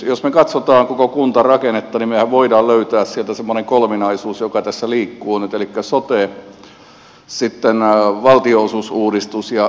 jos me katsomme koko kuntarakennetta niin mehän voimme löytää sieltä semmoisen kolminaisuuden joka tässä liikkuu nyt elikkä on sote sitten valtionosuusuudistus ja kuntauudistus